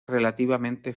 relativamente